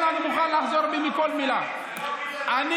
אני מוכן לחזור בי מכל מילה, אני